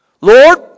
Lord